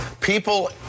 people